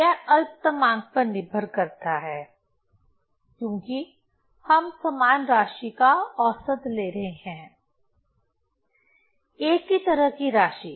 यह अल्पतमांक पर निर्भर करता है क्योंकि हम समान राशि का औसत ले रहे हैं एक ही तरह की राशि